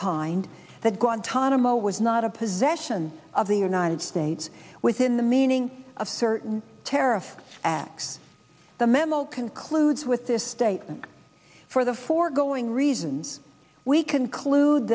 that guantanamo was not a possession of the united states within the meaning of certain tariff acts the memo concludes with this statement for the foregoing reasons we conclude